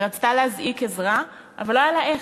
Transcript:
והיא רצתה להזעיק עזרה אבל לא היה לה איך.